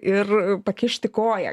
ir pakišti koją